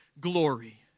glory